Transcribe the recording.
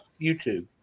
YouTube